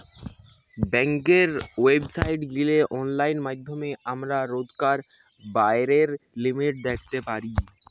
বেংকের ওয়েবসাইটে গিলে অনলাইন মাধ্যমে আমরা রোজকার ব্যায়ের লিমিট দ্যাখতে পারি